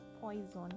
poison